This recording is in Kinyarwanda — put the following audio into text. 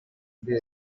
muri